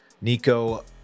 Nico